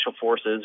Forces